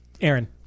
Aaron